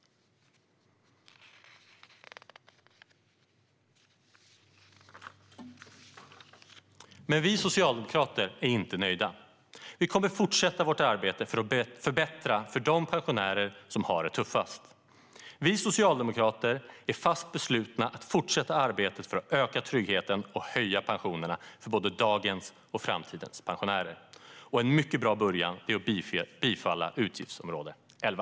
Men vi socialdemokrater är inte nöjda. Vi kommer att fortsätta vårt arbete för att förbättra för de pensionärer som det tuffast. Vi socialdemokrater är fast beslutna att fortsätta arbetet för att öka tryggheten och höja pensionerna för både dagens och framtidens pensionärer. En mycket bra början är att bifalla förslaget i betänkandet vad gäller utgiftsområde 11.